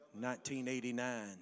1989